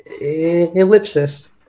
ellipsis